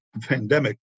pandemic